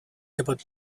about